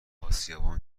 اسیابان